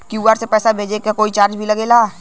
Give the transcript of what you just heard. QR से पैसा भेजला के कोई चार्ज भी लागेला?